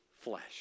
flesh